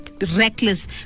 Reckless